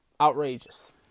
outrageous